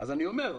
אני אומר.